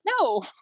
No